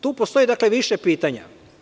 Tu postoji dakle, više pitanja.